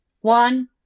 one